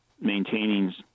maintaining